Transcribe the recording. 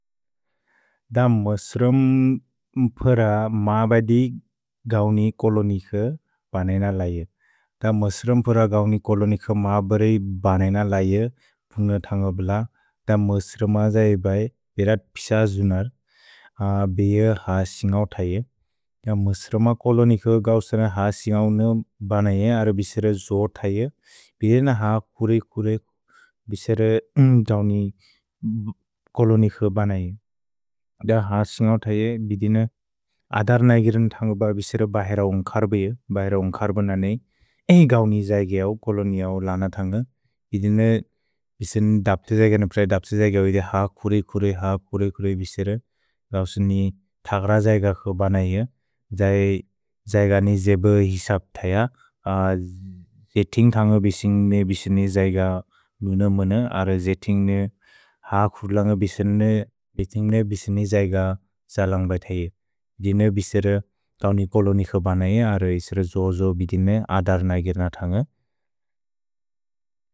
अ मस्रम् फ्र म बदि गौनि कोलोनिक् बनेइन लै। अ मस्रम् फ्र गौनि कोलोनिक् म बरेइ बनेइन लै फुन्ग थन्ग ब्ल। अ मस्रम जै बै बेरत् पिस जुनर् बिअ क्स सिन्गौ थये। अ मस्रम कोलोनिक् गौसन क्स सिन्गौ म बनेइन अर बिसेर जोर् थये। भिदेइन क्स कुरेक् कुरेक् बिसेर जौनि कोलोनिक् बनेइन। अ क्स सिन्गौ थये बिदेइन अदर्नै गिरेन् थन्ग ब बिसेर बहेर उन्कर् बिने। भहेर उन्कर् बिनेइन नेइ। ए गौनि जै गेऔ कोलोनिऔ लन थन्ग। भिदेइन बिसेन् दब्त जै गन प्रए दब्त जै गन बिदे ह कुरेक् कुरेक् ह कुरेक् कुरेक् बिसेर। गौसनि थग्र जैग क्स बनेइन। जै जैगनि जेब हेसब् थय। जेतिन्ग् थन्ग बिसिन्ग्ने बिसिन्ग्ने जैग मुन मुन। अर जेतिन्ग्ने ह कुरेक् लन्ग बिसिन्ग्ने बिसिन्ग्ने जैग क्स लन्ग्ब थये। दिनौ बिसेर जौनि कोलोनिक् बनेइन अर बिसेर जोर् जोर् बिदेइन अदर्नै गिरेन् थन्ग।